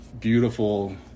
beautiful